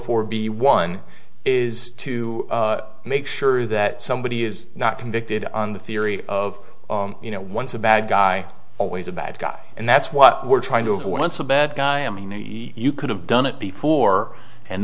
for b one is to make sure that somebody is not convicted on the theory of you know once a bad guy always a bad guy and that's what we're trying to once a bad guy i mean you could have done it before and